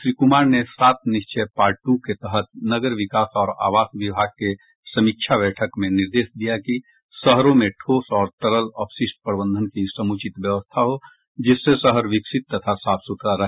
श्री कुमार ने सात निश्चय पार्ट ट्र के तहत नगर विकास और आवास विभाग के समीक्षा बैठक में निर्देश दिया कि शहरों में ठोस और तरल अपशिष्ट प्रबंधन की समुचित व्यवस्था हो जिससे शहर विकसित तथा साफ सुथरा रहे